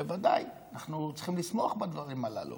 בוודאי, אנחנו צריכים לשמוח בדברים הללו